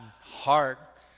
heart